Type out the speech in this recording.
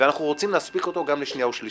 פ/5994/20 של חברת הכנסת אוסנת מארק,